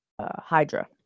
Hydra